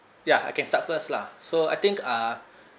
ya I can start first lah so I think uh